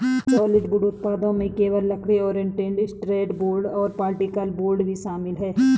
solid wood उत्पादों में केवल लकड़ी, ओरिएंटेड स्ट्रैंड बोर्ड और पार्टिकल बोर्ड भी शामिल है